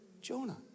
Jonah